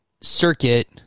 circuit